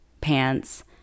pants